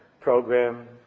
program